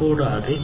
കൂടാതെ